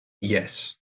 Yes